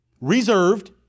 reserved